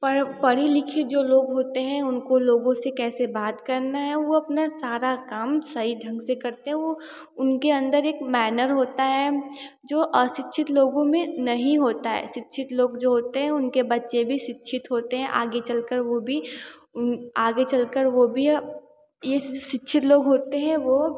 पढ़ पढ़े लिखे जो लोग होते हैं उनको लोगों से कैसे बात करना है वो अपना सारा काम सही ढंग से करते हैं वो उनके अंदर एक मैनर होता है जो अशिक्षित लोगों में नहीं होता है शिक्षित लोग जो होते हैं उनके बच्चे भी शिक्षित होते हैं आगे चलकर वो भी उन आगे चलकर वो भी ये शिक्षित लोग होते हैं वो